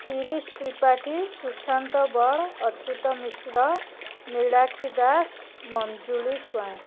Shirish Tripathi Sushant Bal Achyut Mishra Nilakhi Das Manjuli Swain